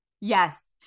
Yes